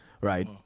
Right